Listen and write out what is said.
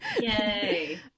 Yay